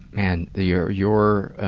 man, you're, you're,